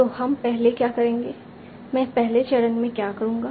तो हम पहले में क्या करेंगे मैं पहले चरण में क्या करूंगा